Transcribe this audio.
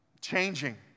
changing